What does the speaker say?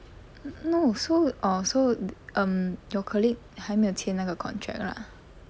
no so orh so um your colleague 还没有签那个 contract lah